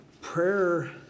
prayer